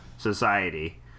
Society